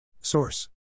Source